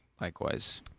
Likewise